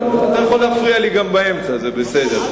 אתה יכול להפריע לי גם באמצע, זה בסדר.